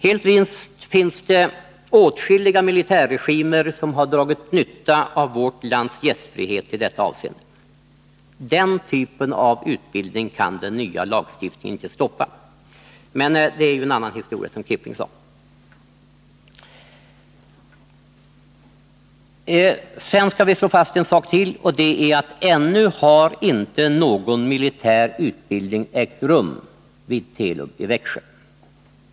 Helt visst finns det åtskilliga militärregimer som har dragit nytta av vårt lands gästfrihet i detta avseende. Den typen av utbildning kan den nya lagstiftningen inte stoppa. Men det är en annan historia, som Kipling sade. Ytterligare en sak som vi skall slå fast är att någon militär utbildning ännu inte har ägt rum vid Telub i Växjö.